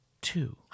two